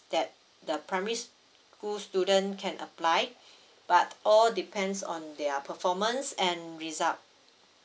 that the primary school student can apply but all depends on their performance and result